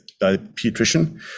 pediatrician